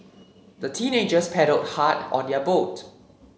the teenagers paddled hard on their boat